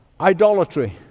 idolatry